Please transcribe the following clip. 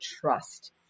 trust